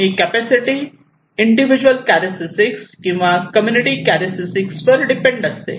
ही capacity individual internal characteristics किंवा community characteristics वर depend असते